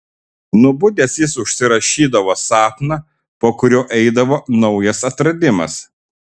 nubudęs jis užsirašydavo sapną po kurio eidavo naujas atradimas